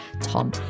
Tom